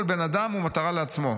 'כל בן אדם הוא מטרה לעצמו.